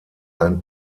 ein